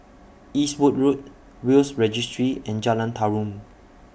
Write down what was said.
Eastwood Road Will's Registry and Jalan Tarum